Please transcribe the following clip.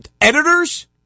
Editors